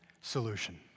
solution